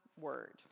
word